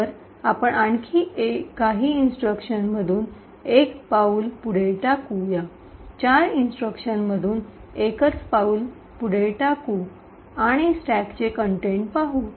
तर आपण आणखी काही इंस्ट्रक्शन मधून एक पाऊल टाकू या चार इंस्ट्रक्शन मधून एकच पाऊल टाकू आणि स्टॅकचे कंटेंट पाहू